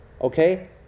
Okay